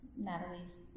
Natalie's